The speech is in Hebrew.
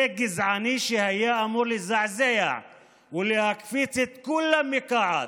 גזעני שהיה אמור לזעזע ולהקפיץ את כולם מכעס,